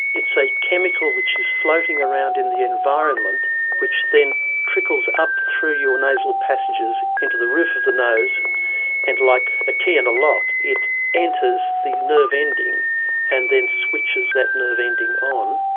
it's a chemical which is floating around in the environment environment which then trickles up through your nasal passages into the roof of the nose and, like a key and a lock, it enters the nerve ending and then switches that nerve ending on,